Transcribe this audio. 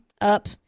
up